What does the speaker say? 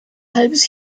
halbes